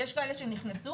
יש כאלה שנכנסו,